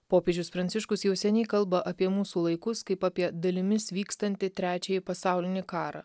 popiežius pranciškus jau seniai kalba apie mūsų laikus kaip apie dalimis vykstantį trečiąjį pasaulinį karą